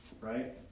right